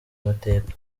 amateka